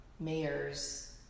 Mayor's